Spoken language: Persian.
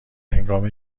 هنگام